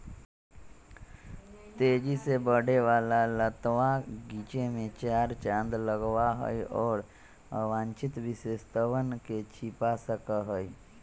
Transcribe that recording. तेजी से बढ़े वाला लतवा गीचे में चार चांद लगावा हई, और अवांछित विशेषतवन के छिपा सका हई